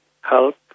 help